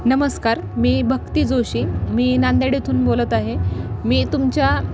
नमस्कार मी भक्ती जोशी मी नांदेड येथून बोलत आहे मी तुमच्या